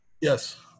Yes